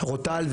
רוטל,